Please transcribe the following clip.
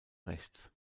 rechts